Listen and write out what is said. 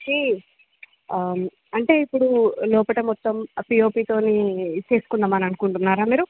వచ్చేసి అంటే ఇప్పుడు లోపల మొత్తం పిఒపి తోనీ చేసుకుందామననుకుంటున్నారా మీరు